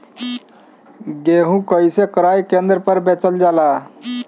गेहू कैसे क्रय केन्द्र पर बेचल जाला?